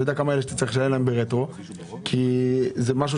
אתה לא יודע לכמה אתה צריך לשלם ברטרו כי זה משהו